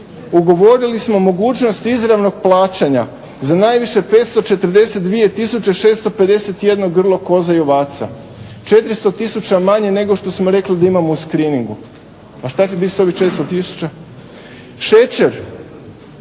Ugovorili smo mogućnost izravnog plaćanja za najviše 542 tisuće 651 grlo koza i ovaca. 400 tisuća manje nego što smo rekli da imamo u screeningu. A što će biti s ovih 400 tisuća? Šećer,